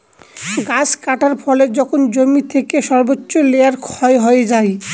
গাছ কাটার ফলে যখন জমি থেকে সর্বোচ্চ লেয়ার ক্ষয় হয়ে যায়